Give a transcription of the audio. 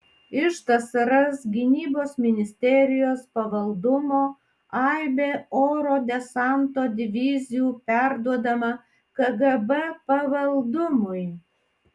iš tsrs gynybos ministerijos pavaldumo aibė oro desanto divizijų perduodama kgb pavaldumui